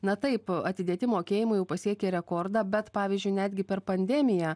na taip atidėti mokėjimai jau pasiekė rekordą bet pavyzdžiui netgi per pandemiją